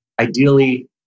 Ideally